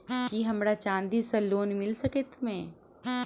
की हमरा चांदी सअ लोन मिल सकैत मे?